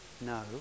No